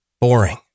Boring